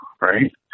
right